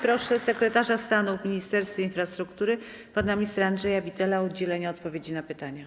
Proszę sekretarza w Ministerstwie Infrastruktury pana ministra Andrzeja Bittela o udzielenie odpowiedzi na pytania.